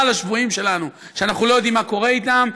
לשבויים שלנו שאנחנו לא יודעים מה קורה איתם,